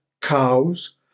cows